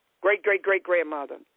great-great-great-grandmother